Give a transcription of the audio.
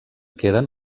queden